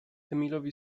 emilowi